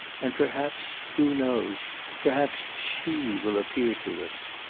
and perhaps who knows perhaps she will appear to us.